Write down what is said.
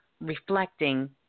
reflecting